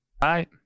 Bye